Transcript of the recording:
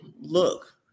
look